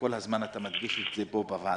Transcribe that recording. וכל הזמן אתה מדגיש את זה פה בוועדה,